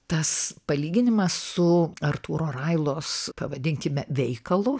tas palyginimas su artūro railos pavadinkime veikalu